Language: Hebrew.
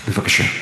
בבקשה.